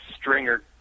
stringer